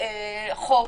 חוב